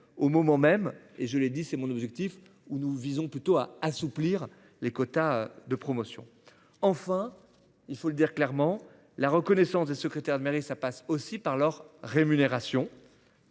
au moment même et je l'ai dit, c'est mon objectif ou nous visons plutôt à assouplir les quotas de promotion. Enfin, il faut le dire clairement, la reconnaissance des secrétaires de mairie, ça passe aussi par leur rémunération.